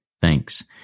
Thanks